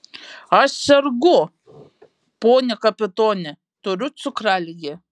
aš sergu pone kapitone turiu cukraligę